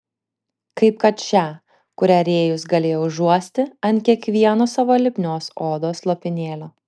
kaip kad šią kurią rėjus galėjo užuosti ant kiekvieno savo lipnios odos lopinėlio